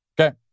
okay